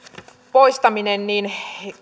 poistaminen